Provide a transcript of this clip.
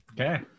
Okay